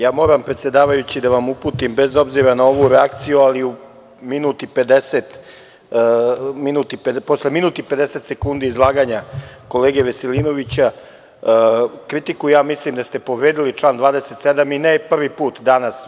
Ja moram predsedavajući, da vam uputim, bez obzira na ovu reakciju, ali posle minut i pedeset sekundi izlaganja kolege Veselinovića, kritiku, ja mislim da ste povredili član 27. i ne prvi put danas.